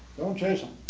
don't chase them.